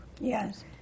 Yes